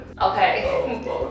Okay